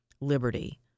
liberty